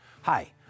Hi